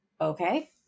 Okay